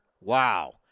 wow